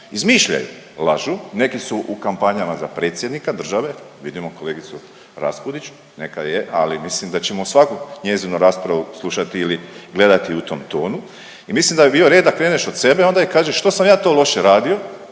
izmišljaju, lažu. Neki su u kampanjama za predsjednika države, vidimo kolegicu Raspudić neka je, ali mislim da ćemo svaku njezinu raspravu slušati ili gledati u tom tonu. I mislim da bi bio red da kreneš od sebe onda i kažeš što sam ja to loše radio